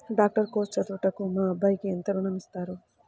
Doctor course చదువుటకు మా అబ్బాయికి ఎంత ఋణం ఇస్తారు?